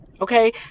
okay